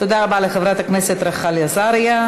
תודה רבה לחברת הכנסת רחל עזריה.